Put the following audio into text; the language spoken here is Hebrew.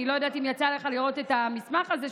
אני לא יודעת אם יצא לך לראות את המסמך הזה,